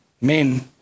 men